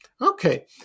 okay